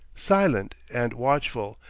silent, and watchful,